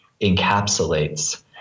encapsulates